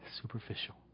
superficial